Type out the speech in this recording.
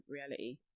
reality